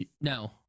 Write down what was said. no